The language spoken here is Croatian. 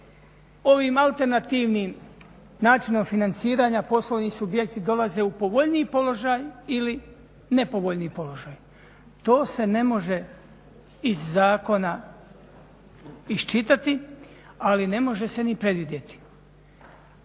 ovim alternativnim načinom financiranja poslovnih subjekti dolaze u povoljniji položaj ili nepovoljniji položaj? To se ne može iz zakona iščitati ali ne može se ni predvidjeti.